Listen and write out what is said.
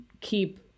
keep